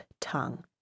tongue